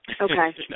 Okay